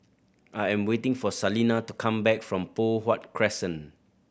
I am waiting for Salena to come back from Poh Huat Crescent